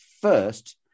first